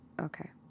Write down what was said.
okay